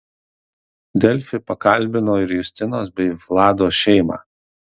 delfi pakalbino ir justinos bei vlado šeimą